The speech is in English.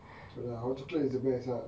K lah how chocolate is the best lah